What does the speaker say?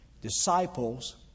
Disciples